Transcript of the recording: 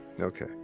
okay